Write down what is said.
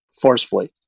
forcefully